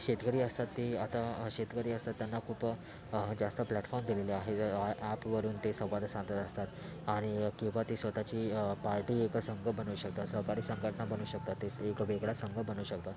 शेतकरी असतात ते आता शेतकरी असतात त्यांना खूप जास्त प्लॅटफॉम दिलेले आहेत आ ॲपवरून ते संवाद साधत असतात आणि किंवा ते स्वतःची पार्टी एकसंध बनवू शकतात सहकारी संघटना बनवू शकतात ते एक वेगळा संघ बनवू शकतात